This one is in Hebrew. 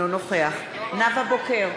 נגד נאוה בוקר,